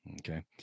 Okay